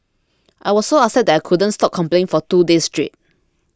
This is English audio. I was so upset that I couldn't stop complaining for two days straight